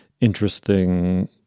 interesting